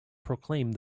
proclaimed